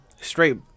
straight